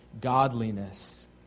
godliness